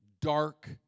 dark